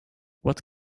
what